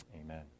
Amen